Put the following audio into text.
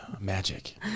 magic